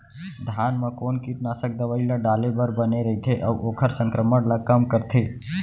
धान म कोन कीटनाशक दवई ल डाले बर बने रइथे, अऊ ओखर संक्रमण ल कम करथें?